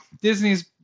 Disney's